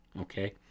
okay